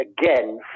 again